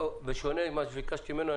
בשונה ממה שביקשתי ממנו,